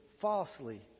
falsely